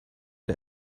get